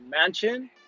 mansion